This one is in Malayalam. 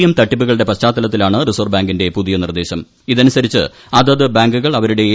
എം തട്ടിപ്പുകളുടെ പശ്ചാത്തലത്തിലാണ് റിസർപ്പ് ബാങ്കിന്റെ പുതിയ നിർദ്ദേശ്ശിക് ഇതനുസരിച്ച് അതത് ബാങ്കുകൾ അവരുടെ എ